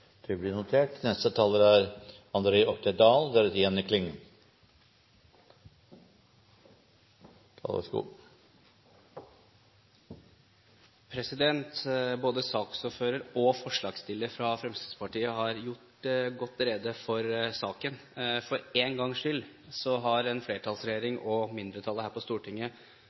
Både saksordføreren og forslagsstilleren fra Fremskrittspartiet har gjort godt rede for saken. For én gangs skyld har en flertallsregjering og mindretallet her på Stortinget